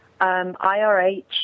IRH